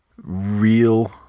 real